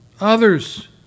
others